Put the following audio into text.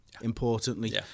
importantly